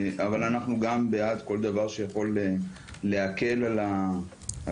אבל אנחנו גם בעד כל דבר שיכול להקל על התעשייה.